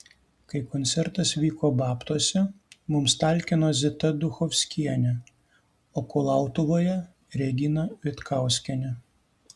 kai koncertas vyko babtuose mums talkino zita duchovskienė o kulautuvoje regina vitkauskienė